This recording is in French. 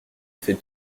fait